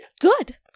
Good